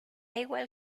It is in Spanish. igual